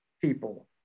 people